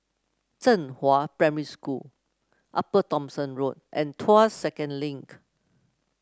Zhenghua Primary School Upper Thomson Road and Tuas Second Link